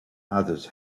others